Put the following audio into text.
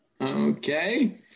Okay